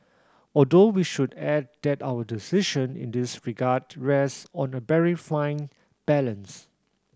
although we should add that our decision in this regard rests on a very fine balance